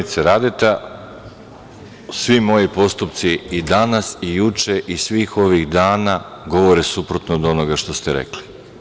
Koleginice Radeta, svi moji postupci i danas i juče i svih ovih dana govore suprotno od onoga što ste rekli.